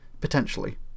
Potentially